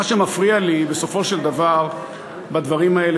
מה שמפריע לי בסופו של דבר בדברים האלה,